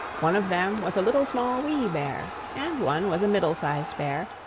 one of them was a little, small, wee bear and one was a middle-sized bear,